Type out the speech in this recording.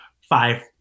five